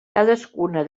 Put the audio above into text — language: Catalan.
cadascuna